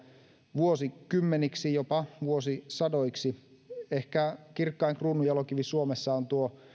vuosikymmeniksi jopa vuosisadoiksi ehkä kirkkain kruununjalokivi suomessa on tuo